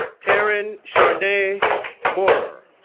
terran charnae' moorer